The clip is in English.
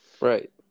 Right